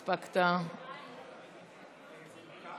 יש לך עשר דקות לנמק את הצעת החוק,